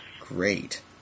Great